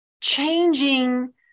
changing